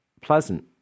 pleasant